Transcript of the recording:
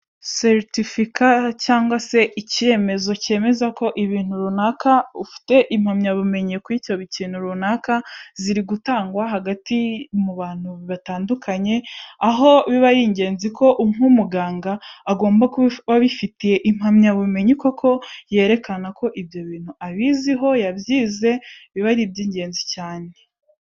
Seritifika cyangwa se icyemezo cyemeza ko ibintu runaka ufite impamyabumenyi kuri icyo kintu runaka ziri gutangwa hagati mu bantu batandukanye aho biba ari ingenzi ko nk'umuganga agomba kubabifitiye impamyabumenyi koko yerekana ko ibyo bintu abiziho yabyize biba ari iby'ingenzi cyane.